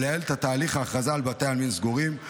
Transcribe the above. ולייעל את תהליך ההכרזה על בתי עלמין סגורים.